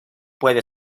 puede